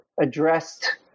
addressed